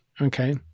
okay